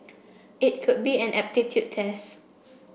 it could be an aptitude test